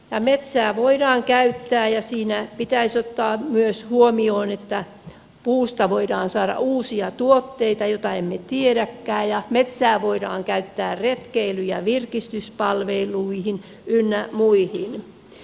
metsää voidaan käyttää ja siinä pitäisi ottaa myös huomioon että puusta voidaan saada uusia tuotteita joita emme tiedäkään ja metsää voidaan käyttää retkeily ja virkistyspalveluihin ynnä muihin